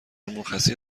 مرخصی